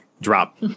drop